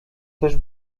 też